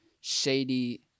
shady